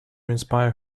inspire